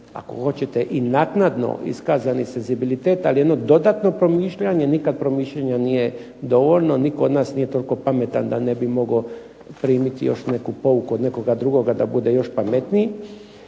ako hoćete i naknadno iskazani senzibilitet, ali i jedno dodatno promišljanje. Nikad promišljanja nije dovoljno. Nitko od nas nije toliko pametan da ne bi mogao primiti još neku pouku od nekoga drugoga da bude još pametniji.